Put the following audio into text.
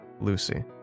Lucy